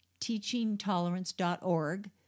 TeachingTolerance.org